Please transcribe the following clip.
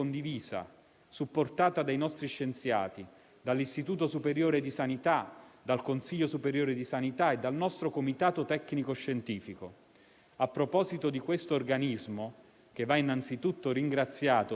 A proposito di questo organismo, che va, innanzitutto, ringraziato per il prezioso lavoro svolto in questi mesi, tutto quello che può essere fatto per renderlo più agile e tempestivo, è sicuramente utile al nostro operato.